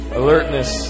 alertness